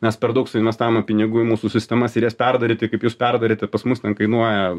mes per daug suinvestavome pinigų į mūsų sistemas ir jas perdaryti kaip jūs perdarėte pas mus ten kainuoja